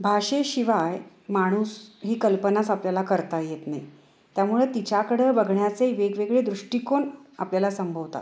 भाषेशिवाय माणूस ही कल्पनाच आपल्याला करता येत नाही त्यामुळे तिच्याकडं बघण्याचे वेगवेगळे दृष्टिकोन आपल्याला संभवतात